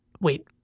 wait